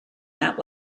that